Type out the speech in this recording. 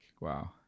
wow